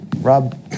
Rob